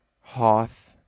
Hoth